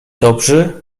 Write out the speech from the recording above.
dobrzy